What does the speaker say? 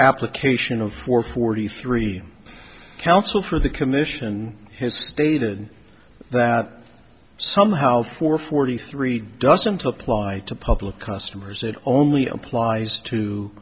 application of for forty three counsel for the commission has stated that somehow for forty three doesn't apply to public customers it only applies to